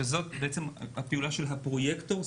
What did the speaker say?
שזו הפעולה של הפרויקטור,